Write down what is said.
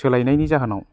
जाहोनाव